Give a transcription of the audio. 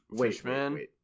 Fishman